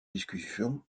discussions